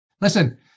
Listen